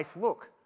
look